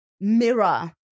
mirror